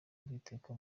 bw’iteka